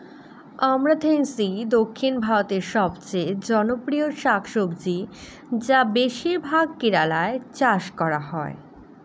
আমরান্থেইসি দক্ষিণ ভারতের সবচেয়ে জনপ্রিয় শাকসবজি যা বেশিরভাগ কেরালায় চাষ করা হয়